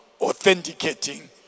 authenticating